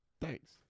Thanks